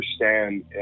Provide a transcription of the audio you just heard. understand